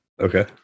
Okay